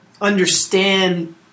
understand